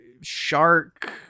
Shark